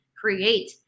create